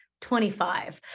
25